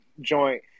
joint